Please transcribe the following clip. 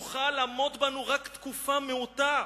"תוכל עמוד בנו רק תקופה מעוטה.